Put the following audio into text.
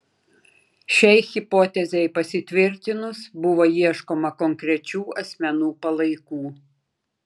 šiai hipotezei pasitvirtinus buvo ieškoma konkrečių asmenų palaikų